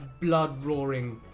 blood-roaring